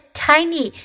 tiny